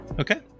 Okay